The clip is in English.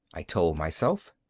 i told myself.